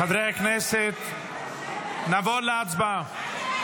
חברי הכנסת, נעבור להצבעה.